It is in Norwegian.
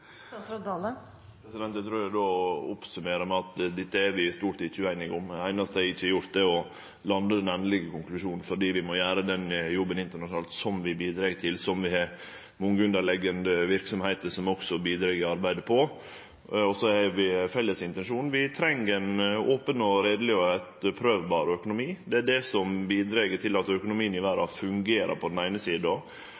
Eg trur eg då vil summere opp med at vi i stort ikkje er ueinige om dette. Det einaste eg ikkje har gjort, er å lande den endelege konklusjonen, for vi må gjere den jobben internasjonalt, noko som vi bidreg til, og som også mange av dei underliggjande verksemdene våre bidreg i arbeidet med. Vi har ein felles intensjon. Vi treng ein open og reieleg økonomi som kan etterprøvast. Det bidreg på den eine sida til at økonomien i verda